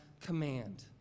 command